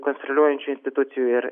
konstroliuojančių institucijų ir